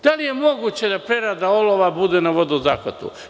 Da li je moguće da prerada olova bude na vodozahvatu.